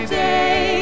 day